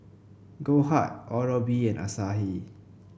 Goldheart Oral B and Asahi